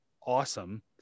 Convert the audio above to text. awesome